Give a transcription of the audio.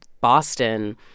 Boston